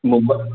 Mumbai